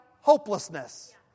hopelessness